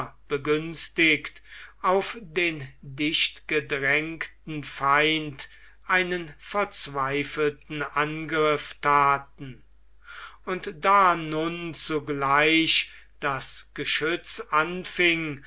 begünstigt auf den dichtgedrängten feind einen verzweifelten angriff thaten und da nun zugleich das geschütz anfing